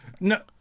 no